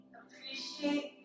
appreciate